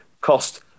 cost